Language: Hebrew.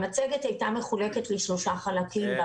המצגת הייתה מחולקת לשלושה חלקים.